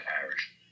parish